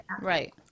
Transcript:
Right